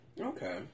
Okay